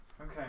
Okay